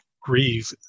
grieve